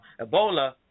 Ebola